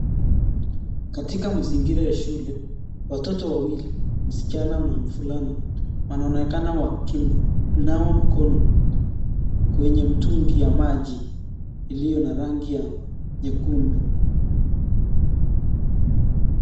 Katika mazingira ya shule watoto wawili, msichana na mfulana wanaonekana wakinawa mkono kwenye mtungi ya maji iliyo na rangi nyekundu